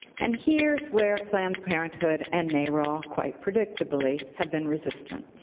and here's where planned parenthood and narol, quite predictably, have been resistant.